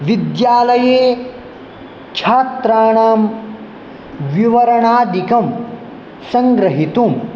विद्यालये छात्राणां विवरणादिकं सङ्ग्रहितुं